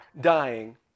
dying